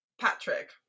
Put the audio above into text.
Patrick